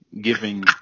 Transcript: giving